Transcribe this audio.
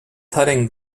tutting